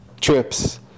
trips